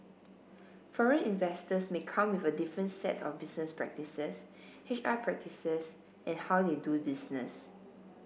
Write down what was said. foreign investors may come with a different set of business practices H R practices and how they do business